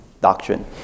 doctrine